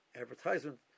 advertisement